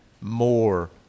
more